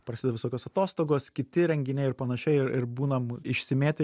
prasideda visokios atostogos kiti renginiai ir panašiai ir ir būnam išsimėtę